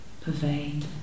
pervade